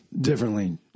differently